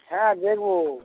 হ্যাঁ দেখবো